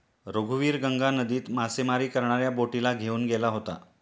रघुवीर गंगा नदीत मासेमारी करणाऱ्या बोटीला घेऊन गेला होता